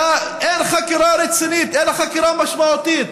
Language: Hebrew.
שאין חקירה רצינית, אין חקירה משמעותית,